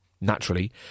Naturally